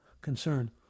concern